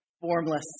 formless